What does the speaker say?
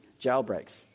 jailbreaks